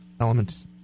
elements